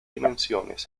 dimensiones